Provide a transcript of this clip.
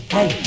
Hey